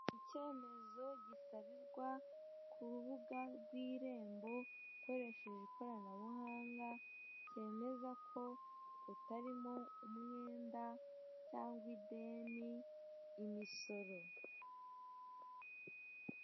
Icyemezo gisabirwa ku rubuga rw'irembo ukoresheje ikoranabuhanga, cyemeza ko utarimo umwenda, cyangwa ideni, imisoro.